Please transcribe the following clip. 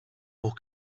auch